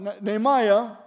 Nehemiah